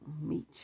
meet